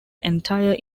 entire